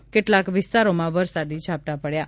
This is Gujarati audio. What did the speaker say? કેટલાક વિસ્તારોમાં વરસાદી ઝાપટાં પડચા છે